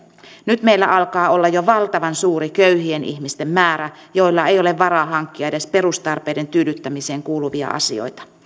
nyt meillä alkaa olla jo valtavan suuri köyhien ihmisten määrä joilla ei ole varaa hankkia edes perustarpeiden tyydyttämiseen kuuluvia asioita